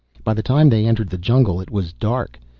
by the time they entered the jungle it was dark.